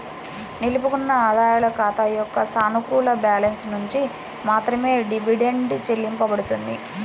నిలుపుకున్న ఆదాయాల ఖాతా యొక్క సానుకూల బ్యాలెన్స్ నుండి మాత్రమే డివిడెండ్ చెల్లించబడుతుంది